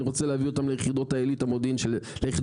אני רוצה להביא אותם ליחידות המודיעין העילית של צה"ל,